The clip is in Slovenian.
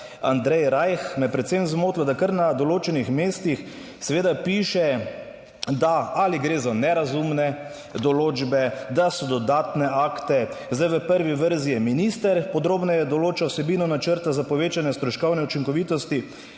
Andrej Rajh me je predvsem zmotilo, da kar na določenih mestih seveda piše, da ali gre za nerazumne določbe, da so dodatne akte, zdaj v prvi verziji je minister podrobneje določal vsebino načrta za povečanje stroškovne učinkovitosti